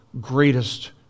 greatest